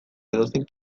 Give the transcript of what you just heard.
edozein